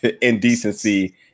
Indecency